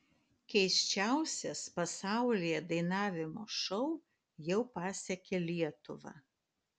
keisčiausias pasaulyje dainavimo šou jau pasiekė lietuvą